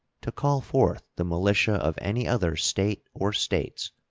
to call forth the militia of any other state or states,